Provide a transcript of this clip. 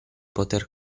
poter